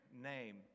name